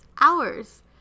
Hours